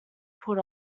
put